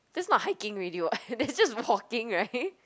that's not hiking already [what] they're just walking right